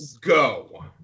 Go